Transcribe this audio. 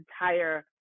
entire